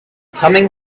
coming